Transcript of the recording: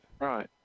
Right